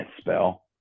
spell